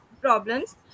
problems